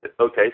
Okay